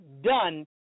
done